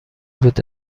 بود